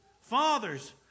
fathers